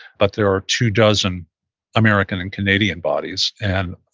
but there are two dozen american and canadian bodies, and